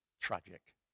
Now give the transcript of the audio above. tragic